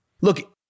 Look